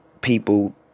people